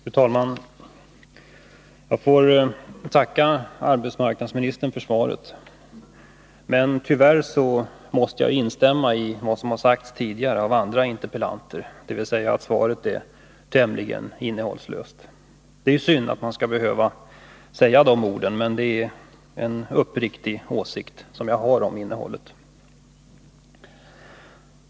Fru talman! Jag får tacka arbetsmarknadsministern för svaret. Tyvärr måste jag instämma i vad som har sagts tidigare av andra interpellanter, dvs. att svaret är tämligen innehållslöst. Det är synd att man skall behöva säga de orden, men det är en uppriktig åsikt som jag har om innehållet.